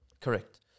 Correct